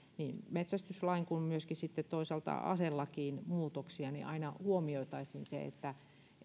metsästyslakiin kuin toisaalta aselakiin muutoksia niin aina huomioitaisiin se että